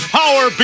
power